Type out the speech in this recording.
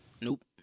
Nope